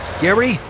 Gary